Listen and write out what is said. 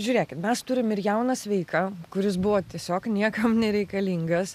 žiūrėkit mes turim ir jauną sveiką kuris buvo tiesiog niekam nereikalingas